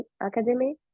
academy